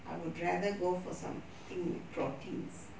I would rather go for something with proteins